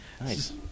Nice